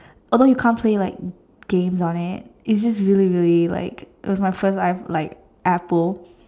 although you can't play like games on it it's just like really really like it's my first iPhone like apple